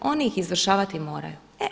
Oni ih izvršavati moraju.